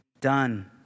done